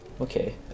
Okay